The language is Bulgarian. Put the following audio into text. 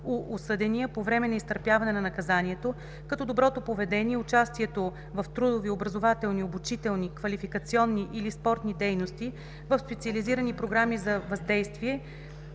осъдения по време на изтърпяване на наказанието, като доброто поведение, участието в трудови, образователни, обучителни, квалификационни или спортни дейности, в специализирани програми за въздействие,